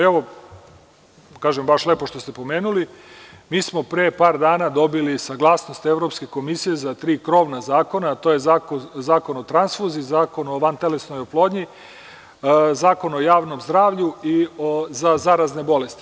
Evo, kažem baš lepo što ste pomenuli, mi smo pre par dana dobili saglasnost Evropske komisije za tri krovna zakona, a to je Zakon o transfuziji, Zakon o vantelesnoj oplodnji, Zakon o javnom zdravlju i za zarazne bolesti.